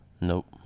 Nope